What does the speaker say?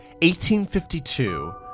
1852